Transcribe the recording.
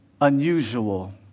unusual